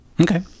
Okay